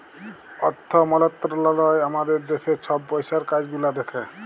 অথ্থ মলত্রলালয় আমাদের দ্যাশের ছব পইসার কাজ গুলা দ্যাখে